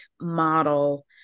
model